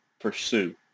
pursue